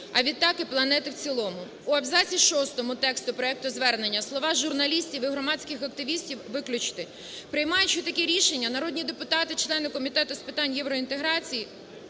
а відтак, і планети в цілому". У абзаці шостому тексту проекту Звернення слова "журналістів і громадських активістів" виключити. Приймаючи таке рішення, народні депутати члени Комітету з питань євроінтеграції,